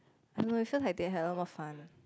I don't know leh it feels like they had a lot more fun